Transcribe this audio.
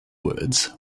words